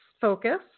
focus